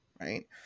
right